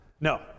No